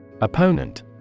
Opponent